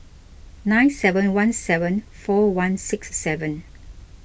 nine seven one seven four one six seven